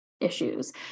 issues